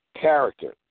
character